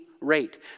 rate